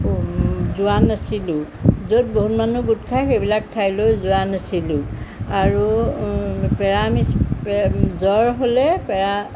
যোৱা নাছিলোঁ য'ত বহুত মানুহ গোট খায় সেইবিলাক ঠাইলৈ যোৱা নাছিলোঁ আৰু পেৰা মিছ পে জ্বৰ হ'লে পেৰা